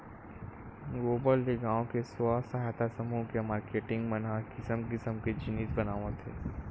गोबर ले गाँव के स्व सहायता समूह के मारकेटिंग मन ह किसम किसम के जिनिस बनावत हे